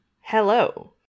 Hello